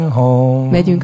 home